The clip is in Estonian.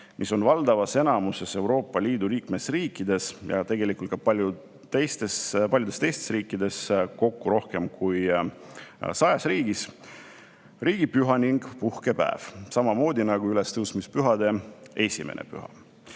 mis on valdavas enamuses Euroopa Liidu liikmesriikides ja tegelikult ka paljudes teistes riikides – kokku rohkem kui sajas riigis – riigipüha ning ka puhkepäev samamoodi nagu ülestõusmispühade esimene püha.